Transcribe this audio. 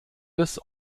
des